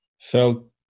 felt